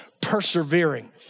persevering